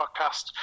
podcast